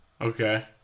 Okay